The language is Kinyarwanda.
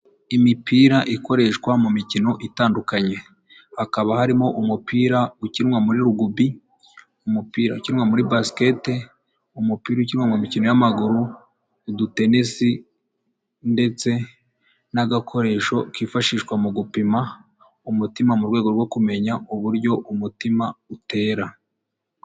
Imipira ikoreshwa mu mikino itandukanye, hakaba harimo umupira ukinwa muri Rugubi, umupira ukinwa muri basikete, umupira ukinwa mu mikino y'amaguru, udutenesi ndetse n'agakoresho kifashishwa mu gupima umutima, mu rwego rwo kumenya uburyo umutima utera.